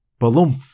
Balumph